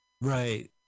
Right